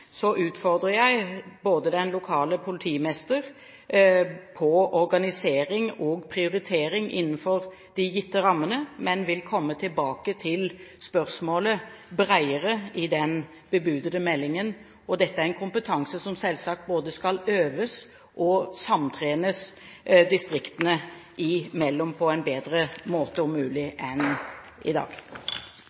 utfordrer den lokale politimester på organisering og prioritering innenfor de gitte rammene, men vil komme bredere tilbake til spørsmålet i den bebudede meldingen. Dette er en kompetanse som selvsagt både skal øves og samtrenes distriktene imellom på en bedre måte, om mulig, enn i dag.